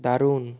দারুণ